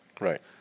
Right